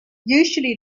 usually